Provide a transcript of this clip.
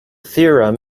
theorem